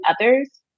others